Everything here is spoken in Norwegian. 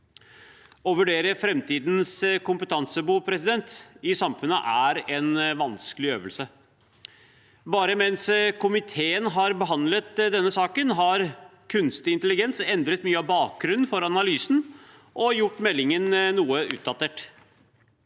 Å vurdere framtidens kompetansebehov i samfunnet er en vanskelig øvelse. Bare mens komiteen har behandlet denne saken, har kunstig intelligens endret mye av bakgrunnen for analysen og gjort meldingen noe utdatert.